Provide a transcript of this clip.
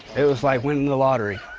it was like winning the lottery.